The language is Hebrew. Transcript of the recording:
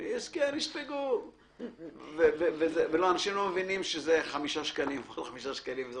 הוא לא מבין שאם כל אחד לא ישלם 5 שקלים זאת